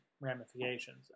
ramifications